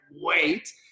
wait